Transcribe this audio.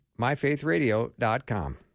myfaithradio.com